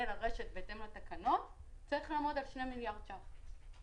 בהתאם לתקנות צריך לעמוד על שני מיליארד שקל.